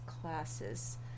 classes